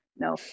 No